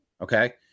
Okay